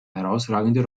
herausragende